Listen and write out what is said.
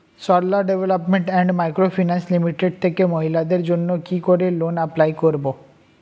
Sarala development and micro finance limited থেকে মহিলাদের জন্য কি করে লোন এপ্লাই করব?